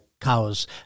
cows